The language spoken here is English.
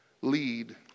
lead